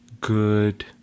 good